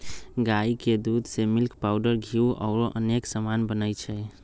गाई के दूध से मिल्क पाउडर घीउ औरो अनेक समान बनै छइ